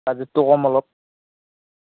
বাজেটটো কম অলপ